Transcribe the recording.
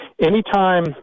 Anytime